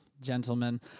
gentlemen